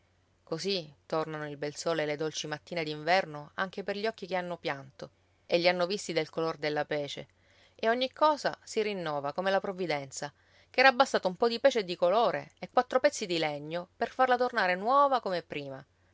così tornano il bel sole e le dolci mattine d'inverno anche per gli occhi che hanno pianto e li hanno visti del color della pece e ogni cosa si rinnova come la provvidenza che era bastata un po di pece e di colore e quattro pezzi di legno per farla tornare nuova come prima